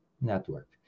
network